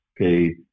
Okay